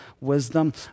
wisdom